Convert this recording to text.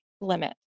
limit